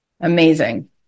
Amazing